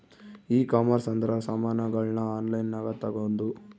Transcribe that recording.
ಈ ಕಾಮರ್ಸ್ ಅಂದ್ರ ಸಾಮಾನಗಳ್ನ ಆನ್ಲೈನ್ ಗ ತಗೊಂದು